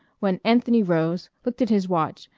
when anthony rose, looked at his watch,